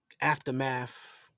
aftermath